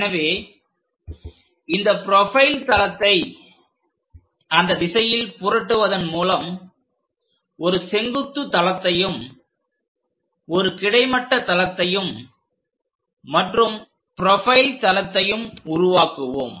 எனவேஇந்த ப்ரொபைல் தளத்தை அந்த திசையில் புரட்டுவதன் மூலம்ஒரு செங்குத்து தளத்தையும் ஒரு கிடைமட்ட தளத்தையும் மற்றும் ப்ரொபைல் தளத்தையும் உருவாக்குவோம்